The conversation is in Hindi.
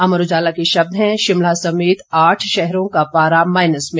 अमर उजाला के शब्द हैं शिमला समेत आठ शहरों का पारा माइनस में